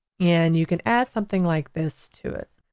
and you can add something like this to it.